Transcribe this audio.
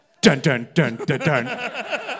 dun-dun-dun-dun-dun